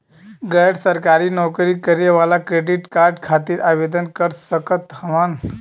गैर सरकारी नौकरी करें वाला क्रेडिट कार्ड खातिर आवेदन कर सकत हवन?